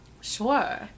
Sure